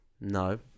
No